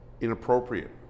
inappropriate